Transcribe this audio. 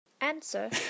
Answer